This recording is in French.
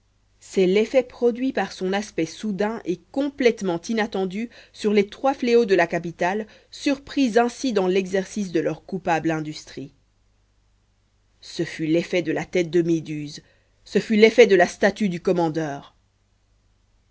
c'est l'effet produit par son aspect soudain et complètement inattendu sur les trois fléaux de la capitale surpris ainsi dans l'exercice de leur coupable industrie ce fut l'effet de la tête de méduse ce fut l'effet de la statue du commandeur